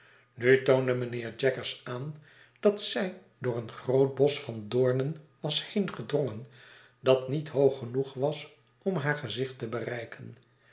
mijnheer jaggers aan dat zij door een groot bosch van doornen was heengedrongen dat niet hoog genoeg was om haar gezicht te bereiken